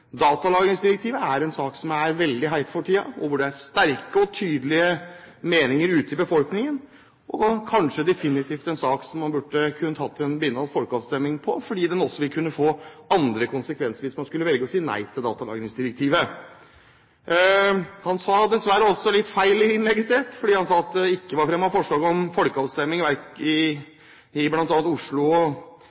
Datalagringsdirektivet er en sak som er veldig het for tiden, og hvor det er sterke og tydelige meninger ute i befolkningen. Det er kanskje definitivt en sak som man burde kunne ta en bindende folkeavstemning om, fordi det også ville kunne få andre konsekvenser hvis man skulle velge å si nei til datalagringsdirektivet. Han tok dessverre også litt feil i innlegget sitt, for han sa at det ikke var fremmet forslag om folkeavstemning i bl.a. Oslo